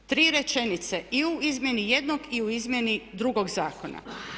Tri rečenice i u izmjeni jednog i u izmjeni drugog zakona.